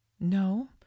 no